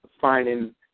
finding